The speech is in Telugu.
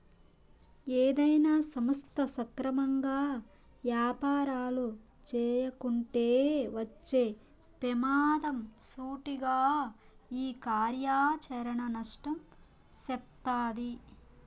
ఏదైనా సంస్థ సక్రమంగా యాపారాలు చేయకుంటే వచ్చే పెమాదం సూటిగా ఈ కార్యాచరణ నష్టం సెప్తాది